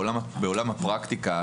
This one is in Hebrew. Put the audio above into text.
בעולם הפרקטיקה,